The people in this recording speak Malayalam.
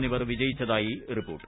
എന്നിവർ വിജയിച്ചതായി ് റിപ്പോർട്ട്